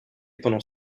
pendant